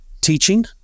teaching